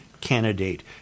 candidate